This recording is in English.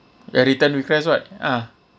your return request right ah